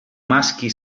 maschi